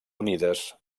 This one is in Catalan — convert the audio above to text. unides